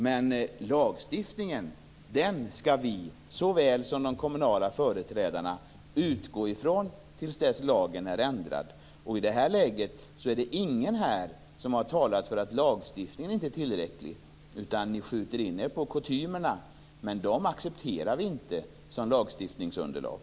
Men såväl vi som de kommunala företrädarna skall utgå från lagstiftningen till dess att lagen är ändrad. I detta läge har ingen här talat för att lagstiftningen inte är tillräcklig. I stället skjuter ni in er på kutymerna, men dem accepterar vi inte som lagstiftningsunderlag.